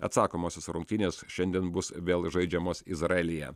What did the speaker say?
atsakomosios rungtynės šiandien bus vėl žaidžiamos izraelyje